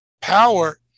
power